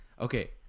Okay